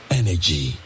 energy